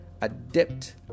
adept